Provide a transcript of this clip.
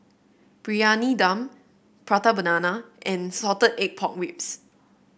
Briyani Dum Prata Banana and Salted Egg Pork Ribs